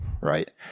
right